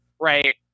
right